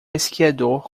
esquiador